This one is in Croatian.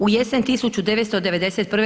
U jesen 1991.